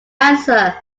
answer